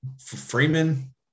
Freeman